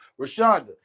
Rashonda